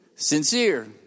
sincere